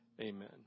Amen